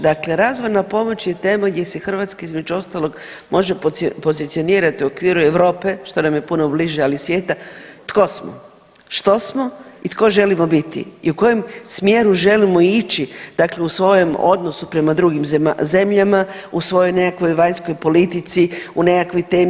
Dakle, razvojna pomoć je tema gdje se Hrvatska između ostalog može pozicionirati u okviru Europe što nam je puno bliže, ali i svijeta tko smo, što smo i tko želimo biti i u kojem smjeru želimo ići dakle u svojem odnosu prema drugim zemljama, u svojoj nekakvoj vanjskoj politici, u nekakvoj temi.